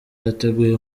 yateguye